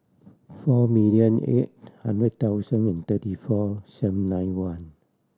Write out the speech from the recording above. four million eight hundred thousand and thirty four seven nine one